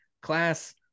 class